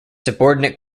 subordinate